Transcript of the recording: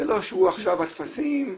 זה לא שעכשיו הטפסים,